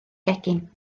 gegin